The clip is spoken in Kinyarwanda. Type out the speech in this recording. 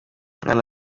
umwana